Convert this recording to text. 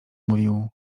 mówił